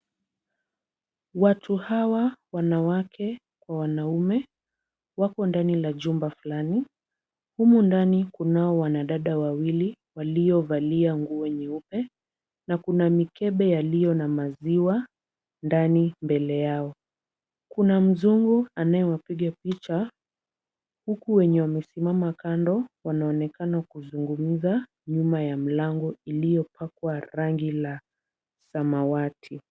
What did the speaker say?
Watu hawa wanawake kwa wanaume wapo ndani la jumba fulani. Humu ndani kunao wanadada wawili walio valia nguo nyeupe na kuna mikebe yalio na maziwa ndani mbele yao. Kuna mzungu anayewapiga picha huku wenye wamesimama kando wanaonekana kuzungumza nyuma ya mlango iliyopakwa rangi la samawati.